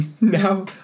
now